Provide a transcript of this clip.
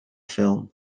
ffilm